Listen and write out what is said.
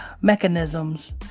mechanisms